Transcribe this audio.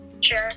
Sure